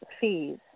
fees